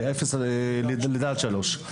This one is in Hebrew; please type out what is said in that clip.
ללידה עד שלוש.